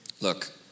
Look